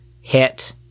HIT